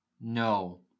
no